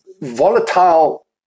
volatile